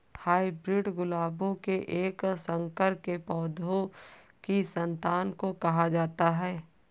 hybrid गुलाबों के एक संकर के पौधों की संतान को कहा जाता है